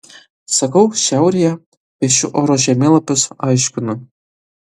sakau šiaurėje piešiu oro žemėlapius aiškinu